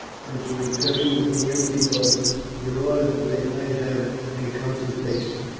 and to return with the empty boats in order that they might have a consultation.